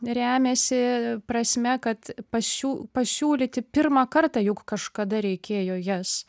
remiasi prasme kad pasiū pasiūlyti pirmą kartą juk kažkada reikėjo jas